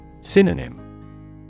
synonym